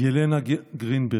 ילנה גרינברג,